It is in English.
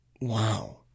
Wow